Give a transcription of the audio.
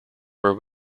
were